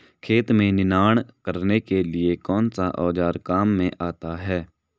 खेत में निनाण करने के लिए कौनसा औज़ार काम में आता है?